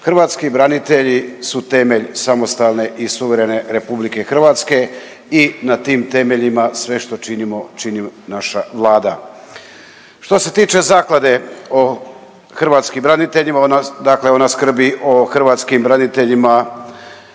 Hrvatski branitelji su temelj samostalne i suverene RH i na tim temeljima sve što činimo čini naša Vlada. Što se tiče Zaklade o hrvatskim braniteljima, dakle ona skrbi o hrvatskim braniteljima